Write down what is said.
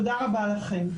תודה רבה לכם.